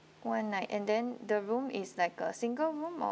one night and then the room is like a single room or